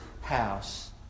house